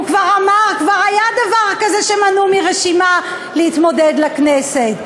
הוא כבר אמר: כבר היה דבר כזה שמנעו מרשימה להתמודד לכנסת.